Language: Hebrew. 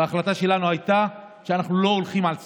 וההחלטה שלנו הייתה שאנחנו לא הולכים על סגר.